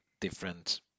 different